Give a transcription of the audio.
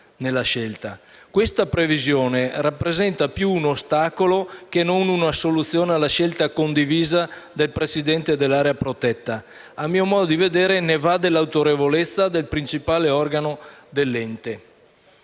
Questa previsione rappresenta più un ostacolo che non una soluzione alla scelta condivisa del presidente dell'area protetta. A mio modo di vedere, ne va dell'autorevolezza del principale organo dell'ente.